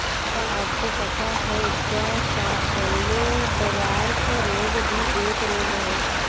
क्या आपको पता है जौ का येल्लो डवार्फ रोग भी एक रोग है?